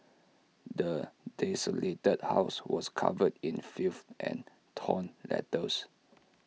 the desolated house was covered in filth and torn letters